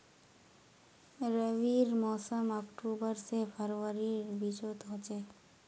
रविर मोसम अक्टूबर से फरवरीर बिचोत होचे